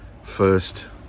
first